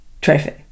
trophy